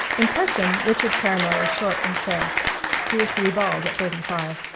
in person richard caramel is short and fair he is to be bald at thirty-five.